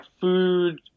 food